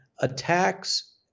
attacks